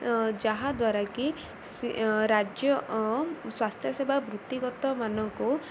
ଆଉ ଯାହାଦ୍ୱାରାକି ସେ ରାଜ୍ୟ ସ୍ୱାସ୍ଥ୍ୟ ସେବା ବୃତ୍ତିଗତମାନଙ୍କୁ